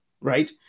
right